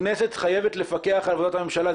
הכנסת חייבת לפקח על עבודת הממשלה.